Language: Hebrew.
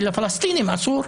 ולפלסטינים אסור.